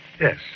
Yes